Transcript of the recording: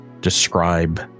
describe